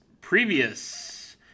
previous